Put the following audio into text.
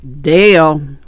Dale